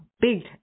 big